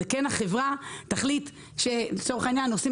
זו כן החברה שתחליט לצורך העניין שעושים